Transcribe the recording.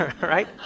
right